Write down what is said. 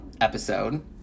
episode